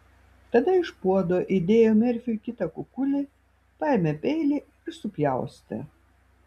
tada iš puodo įdėjo merfiui kitą kukulį paėmė peilį ir supjaustė